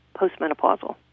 postmenopausal